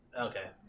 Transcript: Okay